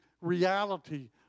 reality